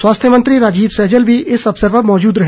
स्वास्थ्य मंत्री राजीव सैजल भी इस अवसर पर मौजूद रहे